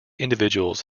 individuals